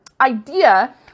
idea